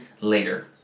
later